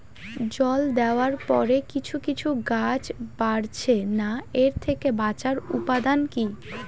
জল দেওয়ার পরে কিছু কিছু গাছ বাড়ছে না এর থেকে বাঁচার উপাদান কী?